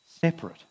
separate